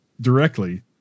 directly